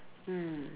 mm